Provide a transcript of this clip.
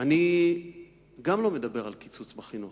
אני גם לא מדבר על קיצוץ בחינוך,